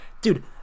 dude